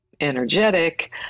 energetic